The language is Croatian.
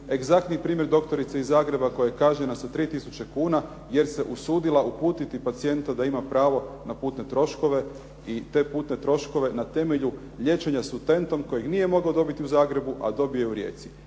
egzaktni primjer doktorice iz Zagreba koja je kažnjena sa 3 tisuće kuna jer se usudila uputiti pacijenta da ima pravo na putne troškove i te putne troškove na temelju liječenja Sutentom kojeg nije mogao dobiti u Zagrebu a dobio je u Rijeci.